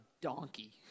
donkey